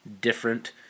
different